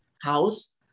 house